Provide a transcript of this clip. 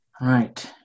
right